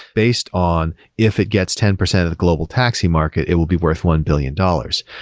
based on if it gets ten percent of the global taxi market, it will be worth one billion dollars.